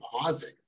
pausing